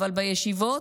אבל בישיבות,